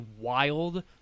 wild